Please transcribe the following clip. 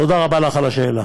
תודה רבה לך על השאלה.